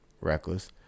reckless